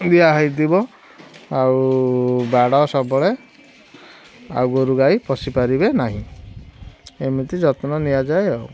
ଦିଆ ହୋଇଥିବ ଆଉ ବାଡ଼ ସବୁବେଳେ ଆଉ ଗୋରୁ ଗାଈ ପଶି ପାରିବେ ନାହିଁ ଏମିତି ଯତ୍ନ ନିଆଯାଏ ଆଉ